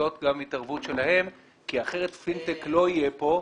להיות גם התערבות שלהם כי אחרת פינטק לא יהיה פה,